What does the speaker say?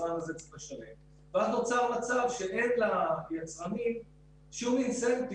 וכך נוצר מצב שאין ליצרנים שום תמריץ